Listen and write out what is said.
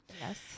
Yes